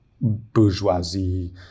bourgeoisie